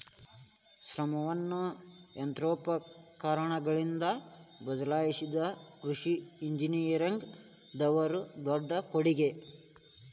ಶ್ರಮವನ್ನಾ ಯಂತ್ರೋಪಕರಣಗಳಿಂದ ಬದಲಾಯಿಸಿದು ಕೃಷಿ ಇಂಜಿನಿಯರಿಂಗ್ ದವರ ದೊಡ್ಡ ಕೊಡುಗೆ